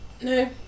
no